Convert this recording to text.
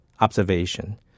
observation